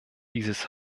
dieses